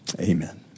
Amen